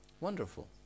Wonderful